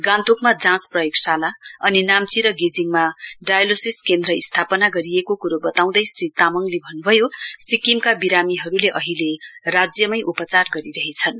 गान्तोकमा प्रयोगशाला अनि नाम्ची र गेजिङमा डायलोसि केन्द्र स्थापना गरिएको कुरो बताउँदै श्री तामङले भन्नुभयो सिक्किमका विरामीहरूले अहिले राज्यमै उपचार गरिरहेछन्